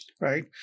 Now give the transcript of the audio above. right